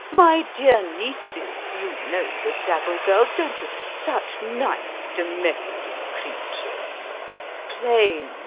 my dear nieces you know the saville girls, don't you such nice domestic creatures plain,